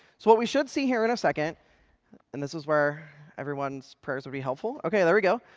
so what we should see here in a second and this is where everyone's prayers would be helpful ok, there we go.